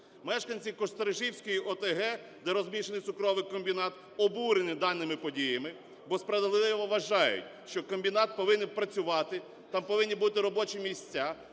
Мешканці Кострижівської ОТГ, де розміщений цукровий комбінат, обурені даними подіями, бо справедливо вважають, що комбінат повинен працювати, там повинні бути робочі місця.